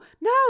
no